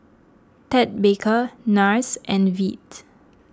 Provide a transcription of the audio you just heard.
Ted Baker Nars and Veet